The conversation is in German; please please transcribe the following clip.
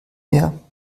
meer